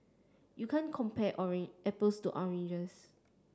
you can't compare apples to oranges